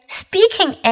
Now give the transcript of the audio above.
speaking